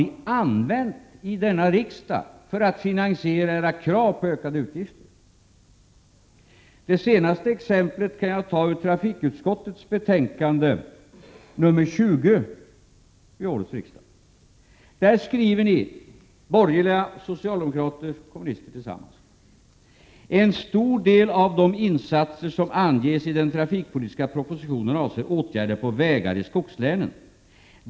Ni har använt er av dem i denna riksdag för att finansiera era förslag till ökade utgifter. Det senaste exemplet kan jag hämta från trafikutskottets betänkande 1987/88:20. Där skriver ni borgerliga och kommunister tillsammans: ”En stor del av de insatser som anges i den trafikpolitiska propositionen avser åtgärder på vägar i skogslänen.